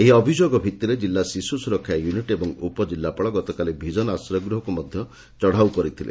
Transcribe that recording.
ଏହି ଅଭିଯୋଗ ଭିଉିରେ କିଲ୍ଲା ଶିଶୁ ସୁରକ୍ଷା ୟୁନିଟ୍ ଏବଂ ଉପଜିଲ୍ଲାପାଳ ଗତକାଲି ଭିଜନ ଆଶ୍ରୟ ଗୂହକୁ ମଧ୍ଧ ଚଢାଉ କରିଥିଲେ